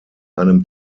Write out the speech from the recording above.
einem